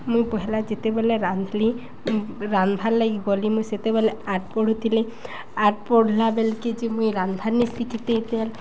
ମୁଇଁ ପହଲା ଯେତେବେଲେ ରାନ୍ଧିଲି ରାନ୍ଧବାର୍ ଲାଗି ଗଲି ମୁଇଁ ସେତେବେଲେ ଆର୍ଟ୍ ପଢ଼ୁଥିଲି ଆର୍ଟ୍ ପଢ଼ଲା ବେଲକେ ଯେ ମୁଇଁ ରାନ୍ଧାନ୍ ସିକିିତେତ